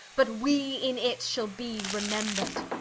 but we in it shall be remembred